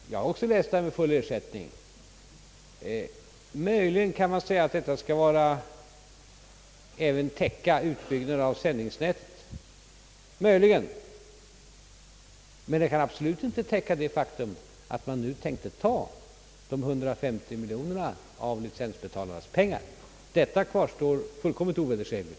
Herr talman! Jag har också läst orden om full ersättning. Möjligen kan man säga att detta även skall täcka kostnaderna för utbyggnaden av sändningsnätet, men det kan absolut inte täcka den omständigheten att man tänkte ta de 150 miljonerna av licensbetalarnas pengar. Detta faktum kvarstår fullkomligt ovedersägligt.